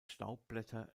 staubblätter